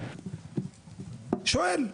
שואל.